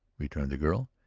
returned the girl,